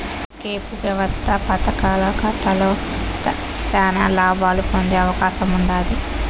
ఒకేపు వ్యవస్థాపకతలో శానా లాబాలు పొందే అవకాశముండాది